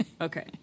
Okay